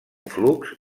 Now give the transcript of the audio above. flux